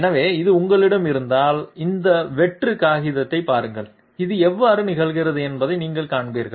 எனவே இது உங்களிடம் இருந்தால் இந்த வெற்று காகிதத்தைப் பாருங்கள் இது எவ்வாறு நிகழ்கிறது என்பதை நீங்கள் காண்பீர்கள்